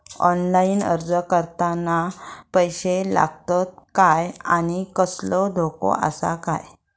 Online अर्ज करताना पैशे लागतत काय आनी कसलो धोको आसा काय?